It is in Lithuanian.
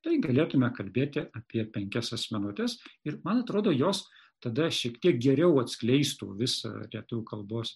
tai galėtume kalbėti apie penkias asmenuotes ir man atrodo jos tada šiek tiek geriau atskleistų visą lietuvių kalbos